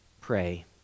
pray